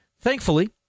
thankfully